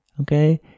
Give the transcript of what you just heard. okay